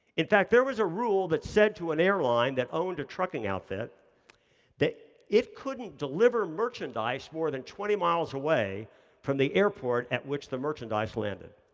in fact, there was a rule that set to an airline that owned a trucking outfit it couldn't deliver merchandise more than twenty miles away from the airport, at which the merchandise landed.